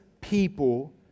people